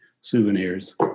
souvenirs